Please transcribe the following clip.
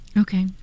Okay